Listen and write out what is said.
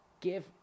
give